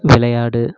விளையாடு